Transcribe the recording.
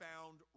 found